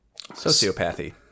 Sociopathy